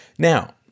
Now